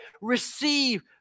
Receive